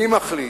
מי מחליט,